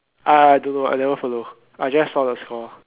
ah I don't know I never follow I just saw the score